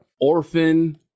orphan